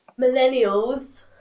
Millennials